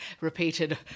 repeated